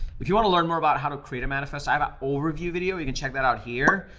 if you wanna learn more about how to create a manifest, i have an overview video. you can check that out here,